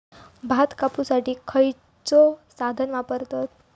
भात कापुसाठी खैयचो साधन वापरतत?